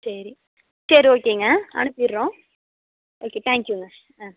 சரி சரி ஓகேங்க அனுப்பிடுறோம் ஓகே தேங்க்யூங்க ஆ